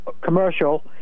commercial